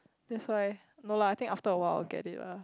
that's why no lah I think after awhile I will get it lah